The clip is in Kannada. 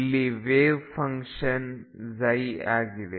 ಇಲ್ಲಿ ವೇವ್ ಫಂಕ್ಷನ್ ಆಗಿದೆ